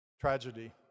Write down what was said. tragedy